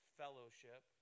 fellowship